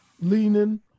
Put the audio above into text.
leaning